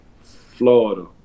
Florida